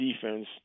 defense